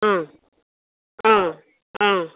অ অ অ